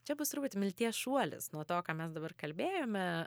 čia bus turbūt milties šuolis nuo to ką mes dabar kalbėjome